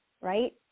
right